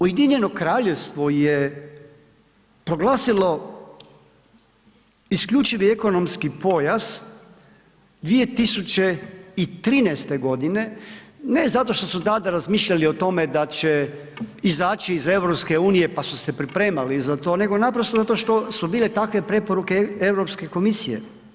Ujedinjeno Kraljevstvo je proglasilo isključivi ekonomski pojas 2013. godine ne zato što su tada razmišljali o tome da će izaći iz EU pa su se pripremali za to, nego naprosto zato što su bile takve preporuke Europske komisije.